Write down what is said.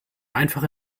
einfach